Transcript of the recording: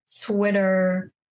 twitter